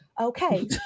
Okay